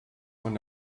von